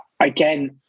Again